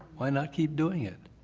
why not keep doing it?